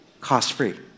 cost-free